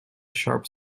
sharp